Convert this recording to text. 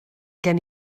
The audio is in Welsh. gen